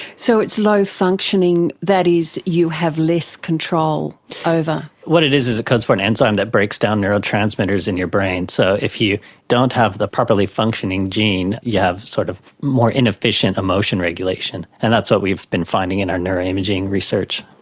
so it's low functioning, that is you have less control over? what it is is it codes for an enzyme that breaks down neurotransmitters in your brain. so if you don't have the properly functioning gene you have sort of more inefficient emotion regulation, and that's what we've been finding in our neuroimaging research.